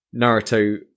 naruto